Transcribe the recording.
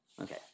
Okay